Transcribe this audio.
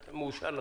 זה מאושר לכם.